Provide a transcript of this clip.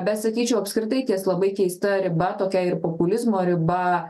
bet sakyčiau apskritai ties labai keista riba tokia ir populizmo riba